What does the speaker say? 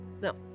No